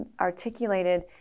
articulated